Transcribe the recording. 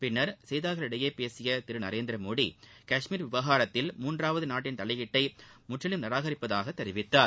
பின்னர் செய்தியாளர்களிடம் பேசிய திரு நரேந்திரமோடி கஷ்மீர் விவகாரத்தில் மூன்றாவது நாட்டின் தலையீட்டை முற்றிலும் நிராகரிப்பதாக தெரிவித்தார்